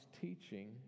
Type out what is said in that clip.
teaching